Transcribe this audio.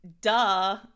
Duh